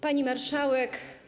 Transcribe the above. Pani Marszałek!